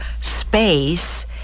space